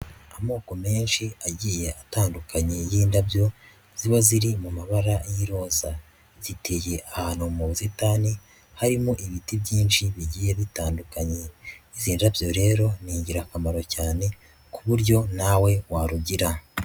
Amoko menshi agiye atandukanye y'indabyo ziba ziri mu mabara y'iroza, ziteye ahantu mu nzitani harimo ibiti byinshi bigiye bitandukanye, izi ndabyo rero ni ingirakamaro cyane, ku buryo nawe warugira.